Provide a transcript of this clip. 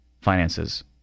finances